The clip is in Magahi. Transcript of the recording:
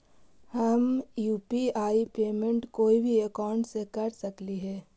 हम यु.पी.आई पेमेंट कोई भी अकाउंट से कर सकली हे?